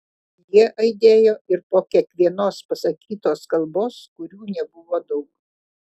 jie aidėjo ir po kiekvienos pasakytos kalbos kurių nebuvo daug